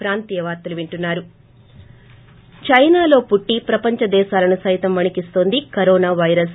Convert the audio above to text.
break చైనాలో పుట్లి ప్రపంచ దేశాలను సైతం వణికిస్తోంది కరోనా పైరస్